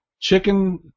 chicken